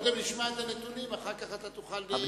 קודם נשמע את הנתונים, אחר כך תוכל להשיב לו.